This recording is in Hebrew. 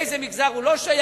לאיזה מגזר הוא לא שייך.